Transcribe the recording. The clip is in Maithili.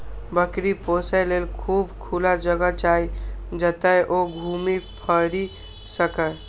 बकरी पोसय लेल खूब खुला जगह चाही, जतय ओ घूमि फीरि सकय